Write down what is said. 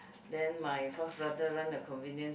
then my fourth brother run a convenience